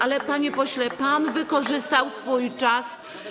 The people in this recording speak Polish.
Ale panie pośle, pan wykorzystał swój czas.